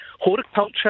horticulture